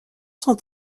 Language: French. sont